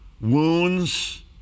wounds